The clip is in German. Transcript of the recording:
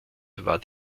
war